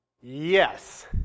Yes